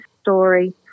story